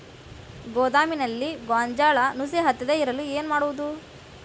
ಗೋದಾಮಿನಲ್ಲಿ ಗೋಂಜಾಳ ನುಸಿ ಹತ್ತದೇ ಇರಲು ಏನು ಮಾಡುವುದು?